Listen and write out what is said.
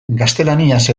gaztelaniaz